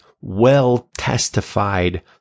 well-testified